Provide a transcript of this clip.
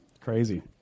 Crazy